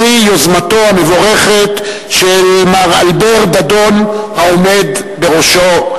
פרי יוזמתו המבורכת של מר אלבר דדון העומד בראשו,